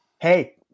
Hey